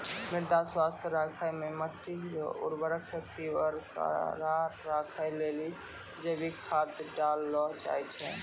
मृदा स्वास्थ्य राखै मे मट्टी रो उर्वरा शक्ति बरकरार राखै लेली जैविक खाद डाललो जाय छै